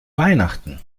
weihnachten